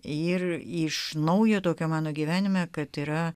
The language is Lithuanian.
ir iš naujo tokio mano gyvenime kad yra